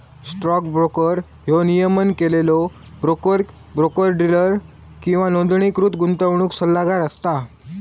stock broker ह्यो नियमन केलेलो ब्रोकर, ब्रोकर डीलर किंवा नोंदणीकृत गुंतवणूक सल्लागार असता